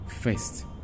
first